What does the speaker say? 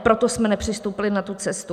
Proto jsme nepřistoupili na tu cestu.